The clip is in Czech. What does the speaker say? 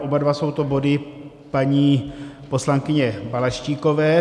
Oba dva jsou to body paní poslankyně Balaštíkové.